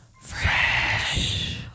Fresh